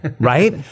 right